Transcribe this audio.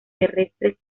terrestres